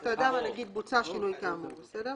בסדר?